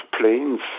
planes